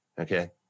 okay